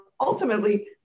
ultimately